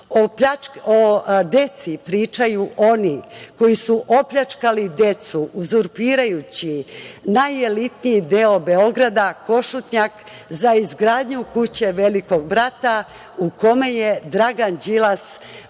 O deci pričaju oni koji su opljačkali decu uzurpirajući najelitniji deo Beograda, Košutnjak, za izgradnju kuće "Velikog brata“ u kome je Dragan Đilas